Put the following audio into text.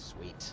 Sweet